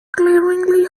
glaringly